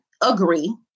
agree